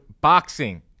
BOXING